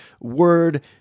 word